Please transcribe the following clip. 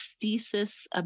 thesis